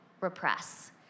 repress